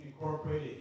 incorporated